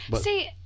See